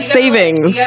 savings